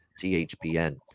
THPN